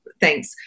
Thanks